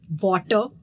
water